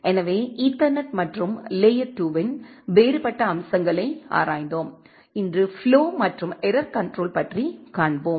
எனவே ஈத்தர்நெட் மற்றும் லேயர் 2 இன் வேறுபட்ட அம்சங்களை ஆராய்ந்தோம் இன்று ஃப்ளோ மற்றும் எரர் கண்ட்ரோல் பற்றிக் காண்போம்